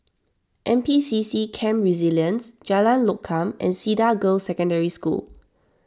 N P C C Camp Resilience Jalan Lokam and Cedar Girls' Secondary School